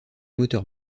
moteur